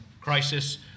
crisis